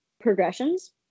progressions